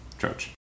church